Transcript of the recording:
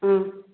ꯑꯥ